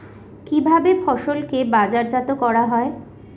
কিভাবে ফসলকে বাজারজাত করা হয়?